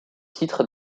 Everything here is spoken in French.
titre